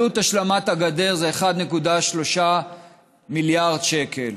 עלות השלמת הגדר היא 1.3 מיליארד שקל,